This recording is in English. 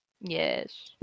yes